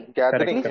gathering